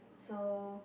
so